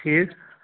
ٹھیٖک